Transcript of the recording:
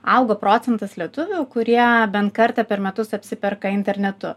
augo procentas lietuvių kurie bent kartą per metus apsiperka internetu